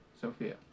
Sophia